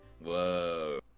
Whoa